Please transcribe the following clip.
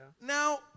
Now